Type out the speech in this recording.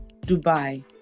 dubai